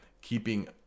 keeping